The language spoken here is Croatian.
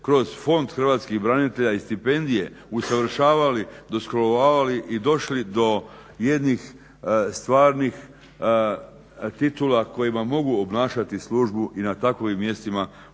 kroz Fond hrvatskih branitelja i stipendije usavršavali, doškolovali i došli do jednih stvarnih titula kojima mogu obnašati službu i na takvim mjestima u javnim